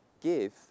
give